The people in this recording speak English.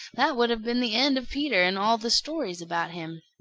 that would have been the end of peter and all the stories about him.